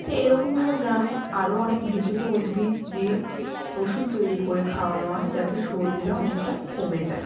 তো এরকমভাবে গ্রামে আরও অনেক ভেষজ উদ্ভিত দিয়ে ওষুধ তৈরি করে খাওয়ানো হয় যাতে সর্দিটা অনেকটা কমে যায়